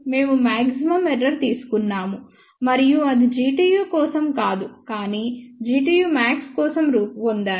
మేము maximum error తీసుకున్నాము మరియు అది Gtu కోసం కాదుకానీ Gtu maxకోసం పొందుతారు